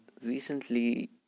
recently